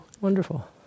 Wonderful